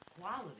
quality